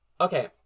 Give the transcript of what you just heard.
okay